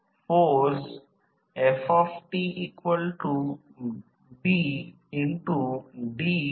पुन्हा काय कराव लागेल पुन्हा पुरवठा बंद करावा लागेल आणि फ्यूज वायर पुन्हा कनेक्ट करावी लागेल